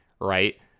right